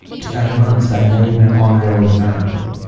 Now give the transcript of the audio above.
to advance thy name and honourable family,